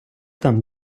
там